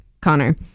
connor